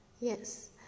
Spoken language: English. Yes